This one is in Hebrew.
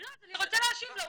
אני רוצה להשיב לו,